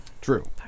true